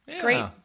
great